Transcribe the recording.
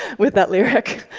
with that lyric.